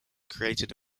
created